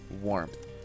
warmth